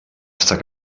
estar